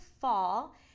fall